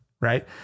right